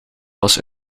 was